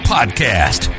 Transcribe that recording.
Podcast